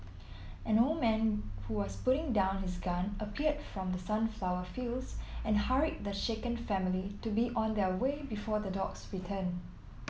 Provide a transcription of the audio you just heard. an old man who was putting down his gun appeared from the sunflower fields and hurried the shaken family to be on their way before the dogs return